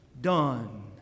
done